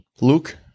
Luke